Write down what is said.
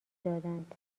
دادند